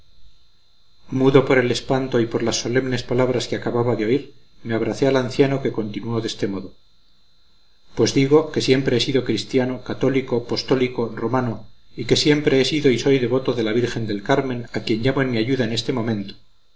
mudo por el espanto y por las solemnes palabras que acababa de oír me abracé al anciano que continuó de este modo pues digo que siempre he sido cristiano católico postólico romano y que siempre he sido y soy devoto de la virgen del carmen a quien llamo en mi ayuda en este momento